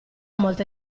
molta